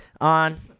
On